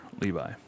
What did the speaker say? Levi